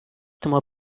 tomó